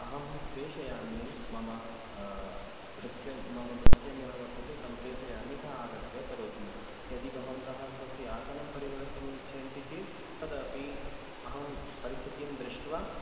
अहं प्रेषयामि मम भृत्यं मम भृत्यं यः वर्तते तं प्रेषयामि सः आगत्य करोति यदि भवन्तः स्वस्य आसनं परिवर्तुम् इच्छन्ति चेत् तदपि अहं परिस्थितिं दृष्ट्वा